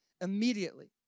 Immediately